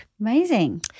Amazing